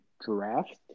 draft